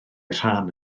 rhan